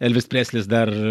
elvis preslis dar